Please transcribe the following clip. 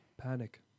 panic